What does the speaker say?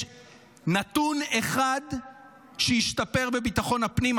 יש נתון אחד שהשתפר בביטחון הפנים?